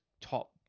top